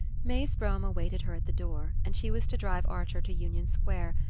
may's brougham awaited her at the door, and she was to drive archer to union square,